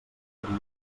paria